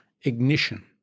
ignition